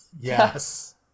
Yes